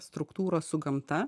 struktūros su gamta